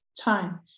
Time